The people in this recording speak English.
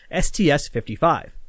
STS-55